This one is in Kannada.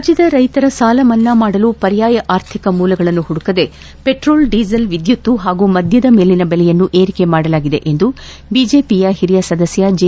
ರಾಜ್ಯದ ರೈತರ ಸಾಲ ಮನ್ನಾ ಮಾಡಲು ಪರ್ಯಾಯ ಆರ್ಥಿಕ ಮೂಲಗಳನ್ನು ಹುಡುಕದೆ ಪೆಟ್ರೋಲ್ ಡೀಸೆಲ್ ವಿದ್ಯುತ್ ಹಾಗೂ ಮದ್ಯದ ಮೇಲಿನ ಬೆಲೆಯನ್ನು ಏರಿಕೆ ಮಾಡಲಾಗಿದೆ ಎಂದು ಬಿಜೆಪಿಯ ಹಿರಿಯ ಸದಸ್ಯ ಜೆ